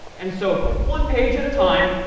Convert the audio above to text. and so forth, one page at a time,